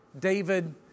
David